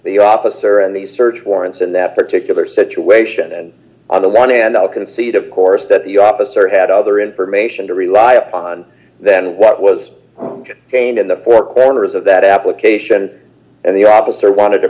the officer in these search warrants in that particular situation and on the one end i'll concede of course that the officer had other information to rely upon than what was contained in the four corners of that application and the officer wanted to